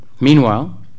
Meanwhile